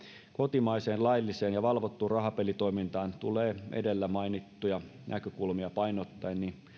kotimaiseen lailliseen ja valvottuun rahapelitoimintaan tulee edellä mainittuja näkökulmia painottaen